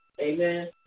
Amen